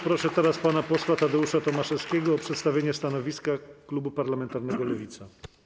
Proszę teraz pana posła Tadeusza Tomaszewskiego o przedstawienie stanowiska klubu parlamentarnego Lewica.